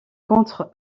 contre